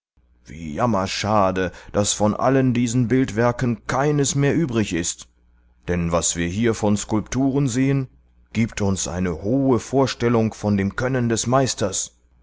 wie jammerschade daß von allen diesen bildwerken keines mehr übrig ist denn was wir hier von skulpturen sehen gibt uns eine hohe vorstellung von dem können des meisters